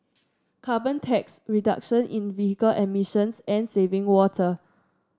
carbon tax reduction in vehicle emissions and saving water